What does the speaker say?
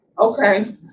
okay